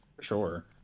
Sure